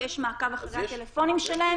שיש מעקב אחרי הטלפונים שלהם.